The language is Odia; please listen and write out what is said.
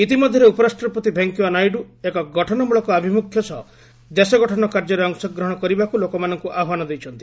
ଇତିମଧ୍ୟରେ ଉପରାଷ୍ଟ୍ରପତି ଭେଙ୍କୟା ନାଇଡୁ ଏକ ଗଠନମୂଳକ ଆଭିମୁଖ୍ୟ ସହ ଦେଶଗଠନ କାର୍ଯ୍ୟରେ ଅଂଶଗ୍ରହଣ କରିବାକୁ ଲୋକମାନଙ୍କୁ ଆହ୍ୱାନ ଦେଇଛନ୍ତି